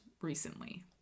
recently